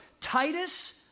Titus